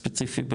ספציפי,